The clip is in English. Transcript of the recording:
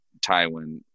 Tywin